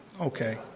okay